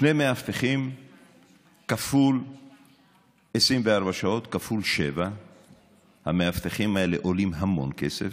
שני מאבטחים 24 שעות כפול 7. המאבטחים האלה עולים המון כסף.